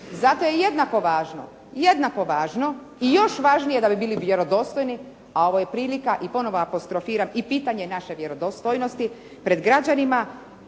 Zato je jednako važno, jednako važno i još važnije da bi bili vjerodostojni, a ovo je prilika i ponovo apostrofiram i pitanje naše vjerodostojnosti pred građanima